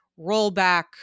rollback